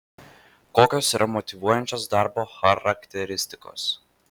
kokios yra motyvuojančios darbo charakteristikos